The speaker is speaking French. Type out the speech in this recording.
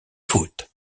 fautes